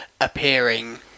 appearing